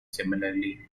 similarly